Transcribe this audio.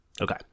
Okay